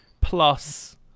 plus